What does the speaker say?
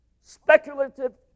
speculative